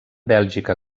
bèlgica